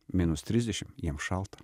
minus trisdešim jiem šalta